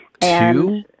Two